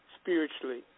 spiritually